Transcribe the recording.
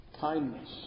kindness